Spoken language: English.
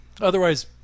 Otherwise